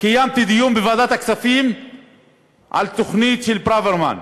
קיימתי דיון בוועדת הכספים על תוכנית של ברוורמן,